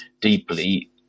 deeply